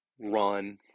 run